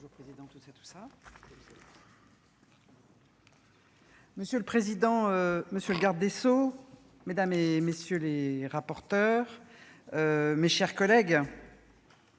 Monsieur le président, monsieur le garde des sceaux, mesdames, messieurs les rapporteurs, mes chers collègues,